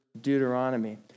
Deuteronomy